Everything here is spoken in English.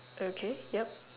okay yup